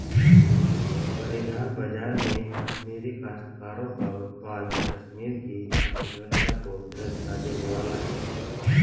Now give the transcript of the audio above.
परिधान बाजार में कश्मीरी काश्तकारों का उत्पाद कश्मीर की अर्थव्यवस्था को दृढ़ता देने वाला है